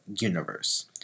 universe